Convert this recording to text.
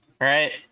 right